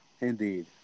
indeed